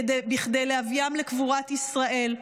כדי להביאם לקבורת ישראל,